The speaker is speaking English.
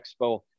expo